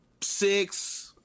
six